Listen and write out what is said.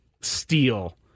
steal